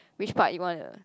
which part you want to